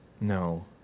No